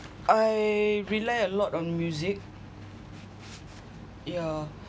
I rely a lot on music yeah